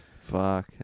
Fuck